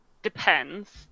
depends